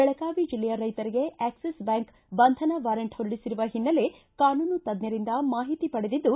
ಬೆಳಗಾವಿ ಜಿಲ್ಲೆಯ ರೈತರಿಗೆ Axis bank ಬಂಧನ ವಾರಂಟ್ ಹೊರಡಿಸಿರುವ ಹಿನ್ನೆಲೆ ಕಾನೂನು ತಜ್ಞರಿಂದ ಮಾಹಿತಿ ಪಡೆದಿದ್ದು